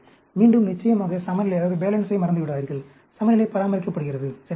மீண்டும் நிச்சயமாக சமநிலையை மறந்துவிடாதீர்கள் சமநிலை பராமரிக்கப்படுகிறது சரிதானே